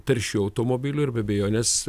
taršių automobilių ir be abejonės